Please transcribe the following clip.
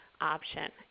option